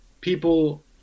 people